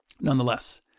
Nonetheless